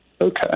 Okay